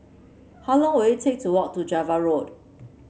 how long will it take to walk to Java Road